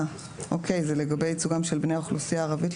זה לגבי ייצוגם של בני האוכלוסייה הערבית,